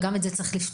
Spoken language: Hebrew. וגם את זה צריך לפתור.